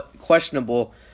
questionable